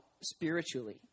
spiritually